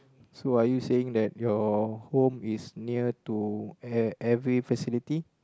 so are you saying that your home is near to e~ every facility